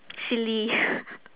silly